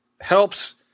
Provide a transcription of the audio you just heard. helps